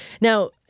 Now